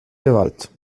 gewalt